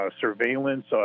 surveillance